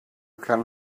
can